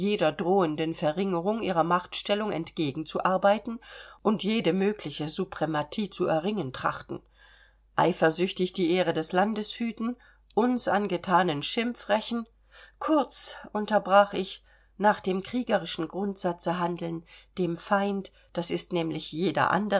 jeder drohenden verringerung ihrer machtstellung entgegenzuarbeiten und jede mögliche suprematie zu erringen trachten eifersüchtig die ehre des landes hüten uns angethanen schimpf rächen kurz unterbrach ich nach dem kriegerischen grundsatze handeln dem feind das ist nämlich jeder